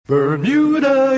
Bermuda